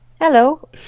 Hello